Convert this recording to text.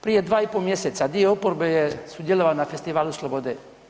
Prije 2,5 mjeseca dio oporbe je sudjelovao na festivalu Slobode.